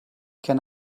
can